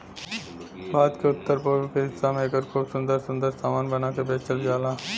भारत के उत्तर पूरब के हिस्सा में एकर खूब सुंदर सुंदर सामान बना के बेचल जाला